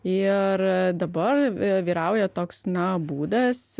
ir dabar vyrauja toks na būdas